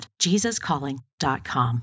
JesusCalling.com